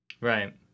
Right